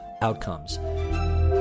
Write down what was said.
outcomes